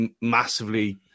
massively